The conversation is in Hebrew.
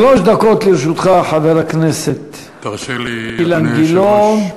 שלוש דקות לרשותך, חבר הכנסת אילן גילאון.